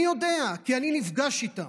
אני יודע, כי אני נפגש איתם,